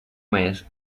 mes